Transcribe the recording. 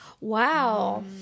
Wow